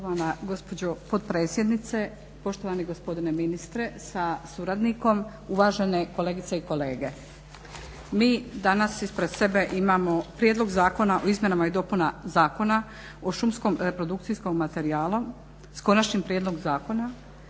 konačnog prijedloga zakona.